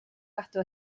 gadw